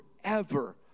forever